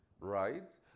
right